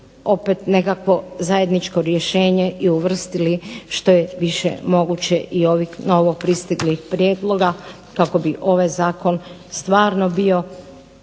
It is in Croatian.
opet nekakvo zajedničko rješenje i uvrstili što je više moguće i ovih novo pristiglih prijedloga kako bi ovaj zakon stvarno bio